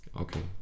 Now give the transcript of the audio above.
Okay